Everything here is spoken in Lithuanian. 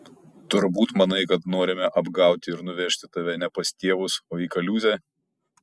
turbūt manai kad norime apgauti ir nuvežti tave ne pas tėvus o į kaliūzę